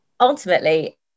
ultimately